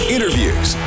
Interviews